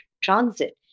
transit